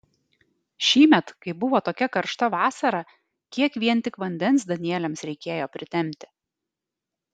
šįmet kai buvo tokia karšta vasara kiek vien tik vandens danieliams reikėjo pritempti